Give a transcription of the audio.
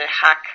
hack